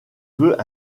veut